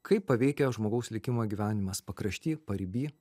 kaip paveikia žmogaus likimą gyvenimas pakrašty pariby